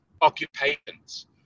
occupations